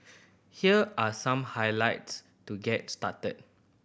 here are some highlights to get started